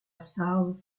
stars